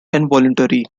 involuntary